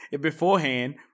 beforehand